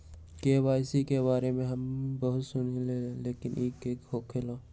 KYC के बारे में हम बहुत सुनीले लेकिन इ का होखेला?